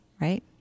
Right